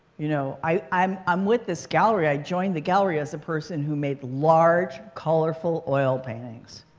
you know i'm i'm with this gallery. i joined the gallery as a person who made large, colorful, oil paintings.